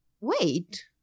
wait